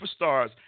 superstars